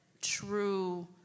true